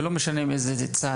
ולא משנה בכלל מאיזה צד,